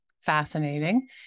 fascinating